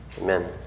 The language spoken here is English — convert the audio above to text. Amen